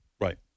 right